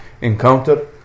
encounter